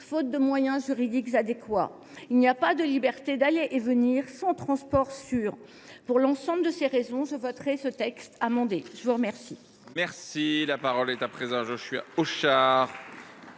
faute de moyens juridiques idoines. Il n’y a pas de liberté d’aller et venir sans transports sûrs. Pour l’ensemble de ces raisons, je voterai ce texte, amendé. Bravo ! La parole